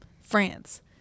France